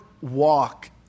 walk